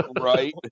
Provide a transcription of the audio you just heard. Right